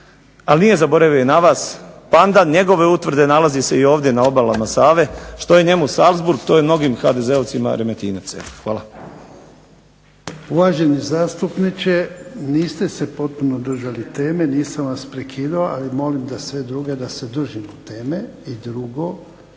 ali nije zaboravi i na vas. Banda njegove utvrde nalazi se i ovdje na obalama Save. Što je njemu Salzburg to je mnogim HDZ-ovcima Remetinec. Hvala. **Jarnjak, Ivan (HDZ)** Uvaženi zastupniče, niste se potpuno držali teme, nisam vas prekidao, ali molim sve druge da se držimo teme. I drugo,